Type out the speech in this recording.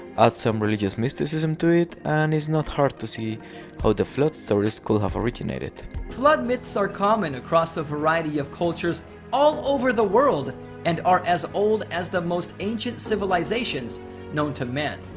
add some religious mysticism to it, and it's not hard to see how the flood stories could have originated flood myths are common across a variety of cultures all over the world and are as old as the most ancient civilizations known to men.